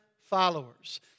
followers